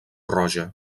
roja